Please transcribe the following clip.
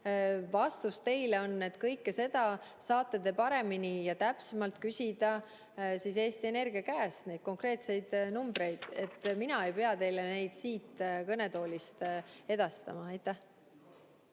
vastus teile on, et kõike seda saate te paremini ja täpsemalt küsida Eesti Energia käest, neid konkreetseid numbreid. Mina ei pea teile neid siit kõnetoolist edastama. Ma